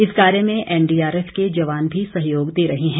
इस कार्य में एनडीआरएफ के जवान भी सहयोग दे रहे हैं